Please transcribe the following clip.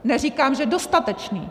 Neříkám, že dostatečný.